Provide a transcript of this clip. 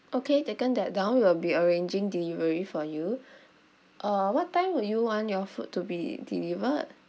okay taken that down will be arranging delivery for you uh what time would you want your food to be delivered